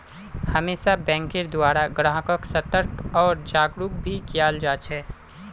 हमेशा बैंकेर द्वारा ग्राहक्क सतर्क आर जागरूक भी कियाल जा छे